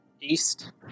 east